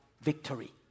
victory